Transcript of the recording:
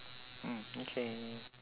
mm okay